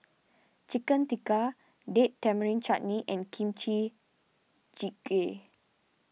Chicken Tikka Date Tamarind Chutney and Kimchi Jjigae